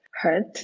hurt